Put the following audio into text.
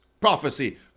prophecy